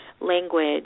language